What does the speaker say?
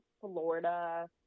Florida